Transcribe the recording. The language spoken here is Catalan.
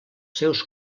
seus